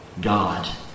God